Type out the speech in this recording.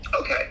Okay